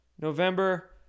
November